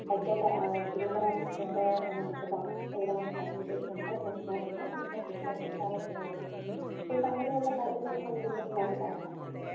സൈക്യാറ്റ physiotherapist ഉണ്ട് നമുക്ക് doctors ഇവിടെ വന്ന് കൺസൾടേഷൻ ഉണ്ട് നേഴ്സുമാർ ഉണ്ട് നമുക്ക് full time twenty four hours നേഴ്സും പിന്നെ അങ്ങനെയുള്ള കാര്യത്തിലൊന്നും മാം വറീഡ് ആവണ്ട